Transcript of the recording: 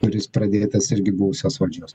kuris pradėtas irgi buvusios valdžios